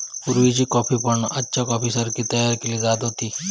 पुर्वीची कॉफी पण आजच्या कॉफीसारखी तयार केली जात होती